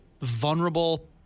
vulnerable